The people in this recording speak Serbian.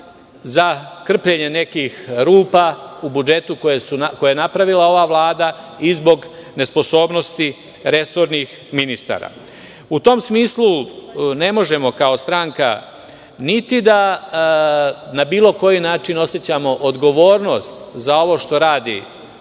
za krpljenje nekih rupa u budžetu koji je napravila ova Vlada i zbog nesposobnosti resornih ministara?U tom smislu, ne možemo, kao stranka, da osećamo odgovornost za ovo što radi